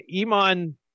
Iman